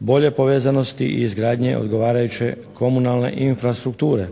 bolje povezanosti i izgradnje odgovarajuće komunalne infrastrukture.